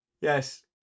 Yes